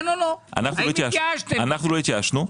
לא התייאשנו,